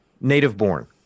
native-born